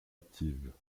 active